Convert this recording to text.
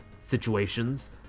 situations